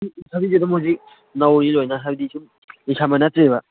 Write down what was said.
ꯊꯕꯤꯁꯦ ꯑꯗꯨꯝ ꯍꯧꯖꯤꯛ ꯅꯧꯔꯤ ꯂꯣꯏꯅ ꯍꯥꯏꯗꯤ ꯁꯨꯝ ꯂꯤꯁꯤꯟꯕ ꯅꯠꯇ꯭ꯔꯤꯕ